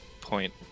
point